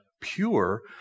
pure